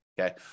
okay